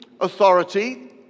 authority